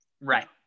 Right